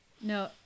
No